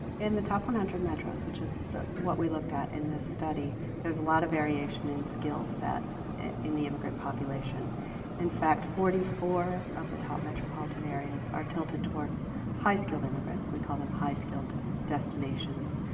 in the top one hundred metros which is that what we looked at in this study there's a lot of variation in skill sets in the immigrant population in fact forty four of the top metropolitan areas are tilted towards high-skilled immigrants we call them high-skilled destinations,